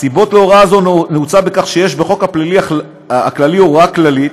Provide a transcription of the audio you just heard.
הסיבה להוראה זו היא שיש בחוק הכללי הוראה כללית